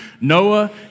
Noah